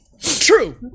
True